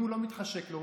אם לא מתחשק לו,